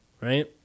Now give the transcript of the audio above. Right